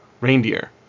reindeer